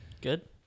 Good